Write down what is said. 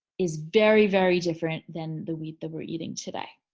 is very very different than the wheat that we're eating today,